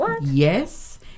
yes